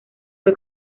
fue